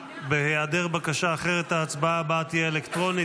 בהיעדר בקשה אחרת, ההצבעה הבאה תהיה אלקטרונית.